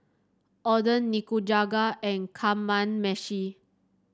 Oden Nikujaga and Kamameshi